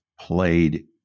played